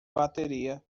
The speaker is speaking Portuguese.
bateria